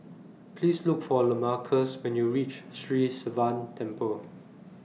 Please Look For Lamarcus when YOU REACH Sri Sivan Temple